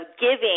giving